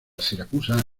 siracusa